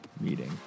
meeting